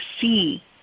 see